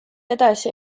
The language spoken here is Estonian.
edasi